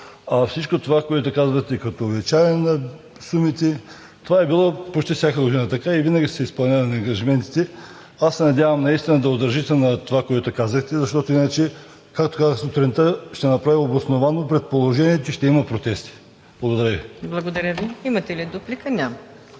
Всичко това, което казвате, като увеличаване на сумите, това е било почти всяка година така и винаги са се изпълнявали ангажиментите. Аз се надявам наистина да удържите на това, което казахте, защото иначе, както казах сутринта, ще направя обосновано предположение, че ще има протести. Благодаря Ви. ПРЕДСЕДАТЕЛ МУКАДДЕС НАЛБАНТ: Благодаря Ви. Имате ли дуплика? Нямате.